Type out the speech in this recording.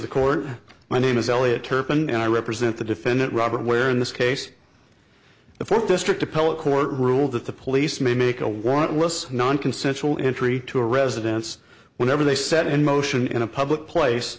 the court my name is elliot turban and i represent the defendant robert where in this case the fourth district appellate court ruled that the police may make a warrant with nonconsensual entry to a residence whenever they set in motion in a public place